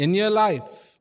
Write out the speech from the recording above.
in your life